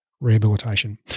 Rehabilitation